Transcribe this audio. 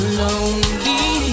lonely